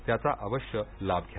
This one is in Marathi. त्याचा आवश्य लाभ घ्या